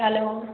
hello